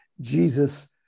Jesus